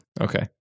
Okay